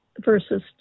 versus